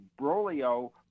Brolio